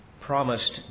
promised